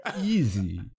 easy